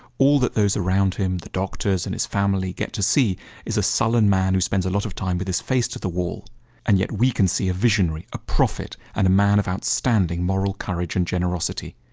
all that those around him the doctors and his family get to see is a sullen man who spends a lot of time with his face to the wall and yet we can see a visionary, a prophet and a man of outstanding moral courage and generosity.